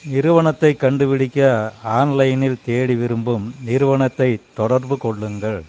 நிறுவனத்தைக் கண்டுபிடிக்க ஆன்லைனில் தேடி விரும்பும் நிறுவனத்தைத் தொடர்புகொள்ளுங்கள்